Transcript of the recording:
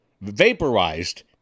vaporized